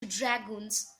dragoons